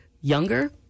younger